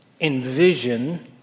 envision